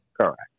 Correct